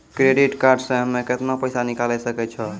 Credit card से हम्मे केतना पैसा निकाले सकै छौ?